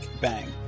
Bang